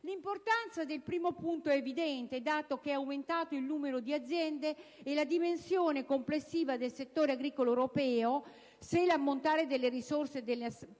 L'importanza del primo punto è evidente. Dato che è aumentato il numero di aziende e la dimensione complessiva del settore agricolo europeo, se l'ammontare delle risorse destinate